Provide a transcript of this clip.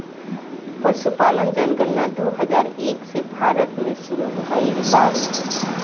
पसुपालन जनगणना दू हजार एक से भारत मे सुरु भइल बावे